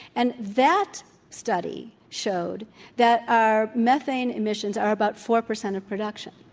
and that study showed that our methane emissions are about four percent of production.